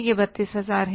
यह 32000 है